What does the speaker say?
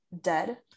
dead